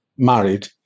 Married